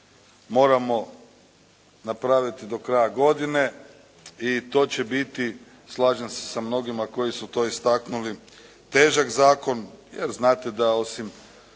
moramo napraviti do kraja godine i to će biti slažem se sa mnogima koji su to istaknuli težak zakon. Jer, znate da osim